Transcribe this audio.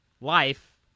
life